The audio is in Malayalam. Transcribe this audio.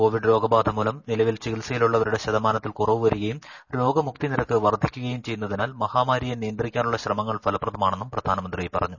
കോവ്വിഡ് രോഗബാധ മൂലം നിലവിൽ ചികിത്സയിലുള്ളവരുടെ രോഗമുക്തി നിരക്ക് വർദ്ധിക്കുകയും ചെയ്യുന്നതിനാൽ മഹാമാരിയെ നിയന്ത്രിക്കാനുള്ള ശ്രമങ്ങൾ ഫലപ്രദമാണെന്നും പ്രധാനമന്ത്രി പറഞ്ഞു